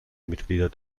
mitglieder